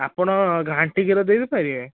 ଆପଣ ଘାଣ୍ଟି କ୍ଷୀର ଦେଇପାରିବେ